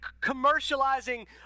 commercializing